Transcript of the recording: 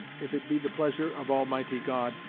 if it be the pleasure of almighty god,